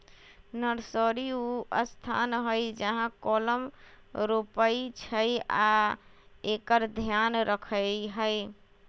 nursery उ स्थान हइ जहा कलम रोपइ छइ आ एकर ध्यान रखहइ